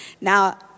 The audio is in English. Now